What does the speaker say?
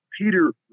Peter